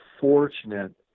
fortunate